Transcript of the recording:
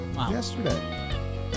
yesterday